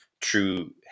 true